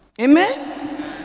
Amen